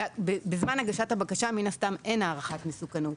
בזמן הגשת הבקשה מן הסתם אין הערכת מסוכנות.